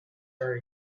are